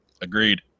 Agreed